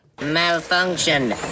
Malfunction